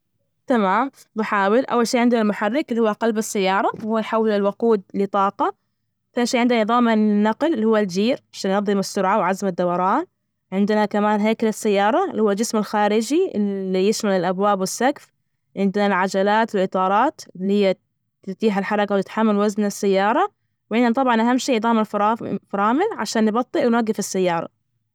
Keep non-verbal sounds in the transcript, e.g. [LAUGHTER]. أكيد، ثقافة الولايات المتحدة تكون متنوعة وغنية، لأنها تكون نتائج مزيج من تقاليد مختلفة، طبعا بسبب تاريخ الهجرة الطويل والتنوع العرقي، التنوع الثقافي في ثقافة أوروبية، الأفريقية، الآسيوية، اللاتينية في كمان الموسيقى، الولايات المتحدة تعتبر مهد لكم عدد من أنواع الموسيقى مثل موسيقى الروك، موسيقى الهيب هوب. [NOISE]